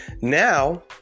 now